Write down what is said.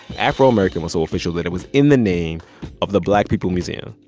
afro-american was so official that it was in the name of the black people museum.